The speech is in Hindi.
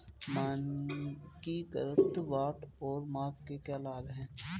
मानकीकृत बाट और माप के क्या लाभ हैं?